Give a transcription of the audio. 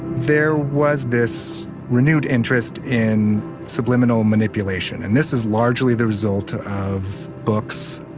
there was this renewed interest in subliminal manipulation and this is largely the result of books.